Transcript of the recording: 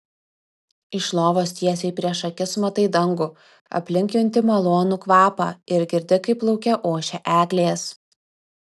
iš lovos tiesiai prieš akis matai dangų aplink junti malonų kvapą ir girdi kaip lauke ošia eglės